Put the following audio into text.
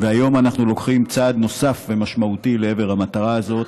והיום אנחנו לוקחים צעד נוסף ומשמעותי לעבר המטרה הזאת.